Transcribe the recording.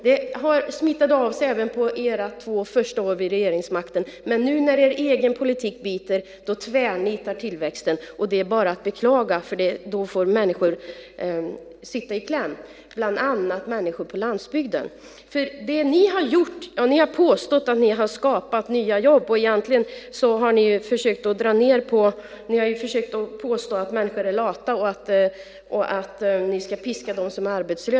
Det smittade av sig även på era två första år i regeringsställning, men nu, när er egen politik biter, tvärnitar tillväxten. Det är bara att beklaga, för då kommer människor i kläm, bland andra människor på landsbygden. Ni påstår att ni har skapat nya jobb. Egentligen har ni försökt dra ned. Ni har påstått att människor är lata och att ni ska piska dem som är arbetslösa.